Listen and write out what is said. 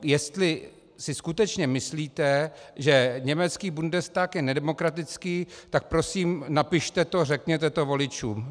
Jestli si skutečně myslíte, že německý Bundestag je nedemokratický, tak prosím napište to, řekněte to voličům.